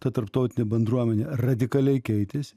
ta tarptautinė bendruomenė radikaliai keitėsi